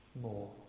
more